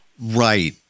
Right